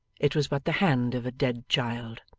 it was but the hand of a dead child.